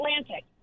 Atlantic